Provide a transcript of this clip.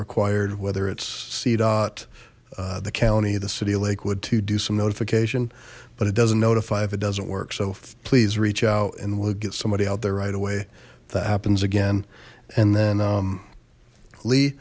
required whether it's seedot the county the city of lakewood to do some notification but it doesn't notify if it doesn't work so please reach out and we'll get somebody out there right away that happens again and then